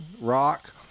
rock